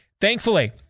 Thankfully